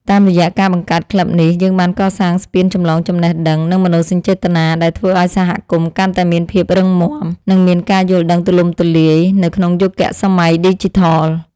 តាមរយៈការបង្កើតក្លឹបនេះ យើងបានកសាងស្ពានចម្លងចំណេះដឹង និងមនោសញ្ចេតនា ដែលធ្វើឱ្យសហគមន៍កាន់តែមានភាពរឹងមាំ និងមានការយល់ដឹងទូលំទូលាយ នៅក្នុងយុគសម័យឌីជីថល។